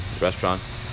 restaurants